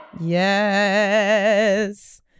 Yes